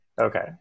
okay